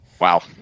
Wow